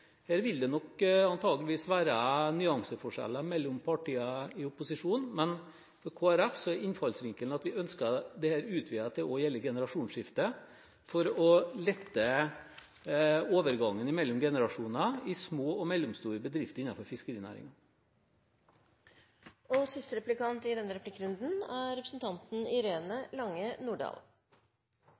Her vil det nok antageligvis være nyanseforskjeller mellom partiene i opposisjon, men for Kristelig Folkeparti er innfallsvinkelen at vi ønsker dette utvidet til også å gjelde generasjonsskifte for å lette overgangen mellom generasjonene i små og mellomstore bedrifter innenfor fiskerinæringen. Jeg synes fremdeles det er